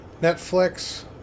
Netflix